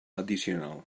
addicional